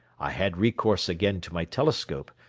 i had recourse again to my telescope,